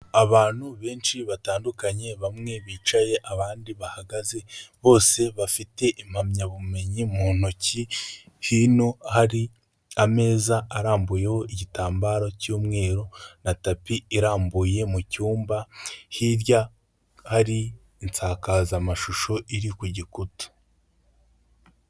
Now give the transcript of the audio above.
Abantu benshi batandukanye bamwe bicaye, abandi bahagaze bose bafite impamyabumenyi mu ntoki, hino hari ameza arambuyeho igitambaro cy'umweru na tapi irambuye mu cyumba, hirya ari insakazamashusho iri ku gikuta.